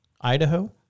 idaho